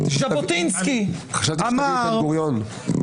ז'בוטינסקי אמר --- חשבתי שתגיד בן גוריון...